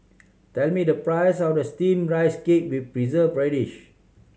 tell me the price of Steamed Rice Cake with Preserved Radish